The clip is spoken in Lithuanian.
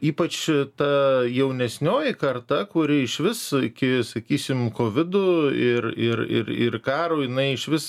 ypač ta jaunesnioji karta kuri išvis iki sakysim kovido ir ir ir ir karo jinai išvis